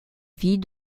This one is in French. vie